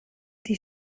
die